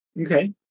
Okay